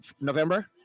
November